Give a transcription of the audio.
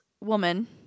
woman